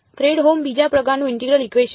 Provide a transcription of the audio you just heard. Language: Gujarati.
ફ્રેડહોમ બીજા પ્રકારનું ઇન્ટિગરલ ઇકવેશન